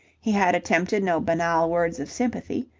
he had attempted no banal words of sympathy.